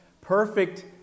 perfect